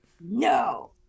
no